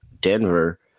denver